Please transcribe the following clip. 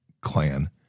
clan